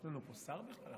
יש לנו פה שר בכלל?